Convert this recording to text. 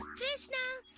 krishna!